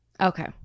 okay